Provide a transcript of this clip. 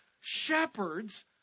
shepherds